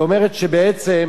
ואומרת שבעצם